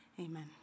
amen